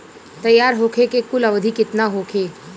तैयार होखे के कुल अवधि केतना होखे?